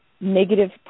negative